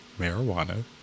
Marijuana